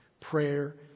prayer